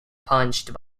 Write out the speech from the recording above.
punched